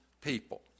people